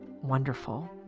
wonderful